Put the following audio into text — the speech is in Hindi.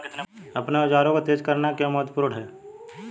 अपने औजारों को तेज करना क्यों महत्वपूर्ण है?